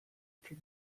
plus